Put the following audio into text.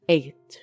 Eight